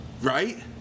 Right